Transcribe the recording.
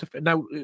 Now